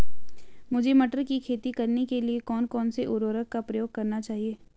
मुझे मटर की खेती करने के लिए कौन कौन से उर्वरक का प्रयोग करने चाहिए?